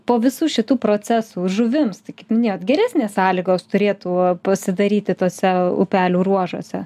po visų šitų procesų žuvims tai kaip minėjot geresnės sąlygos turėtų pasidaryti tuose upelių ruožuose